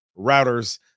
routers